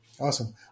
awesome